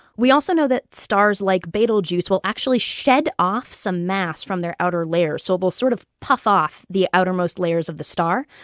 we also know that stars like betelgeuse will actually shed off some mass from their outer layer. so they'll sort of puff off the outermost layers of the star.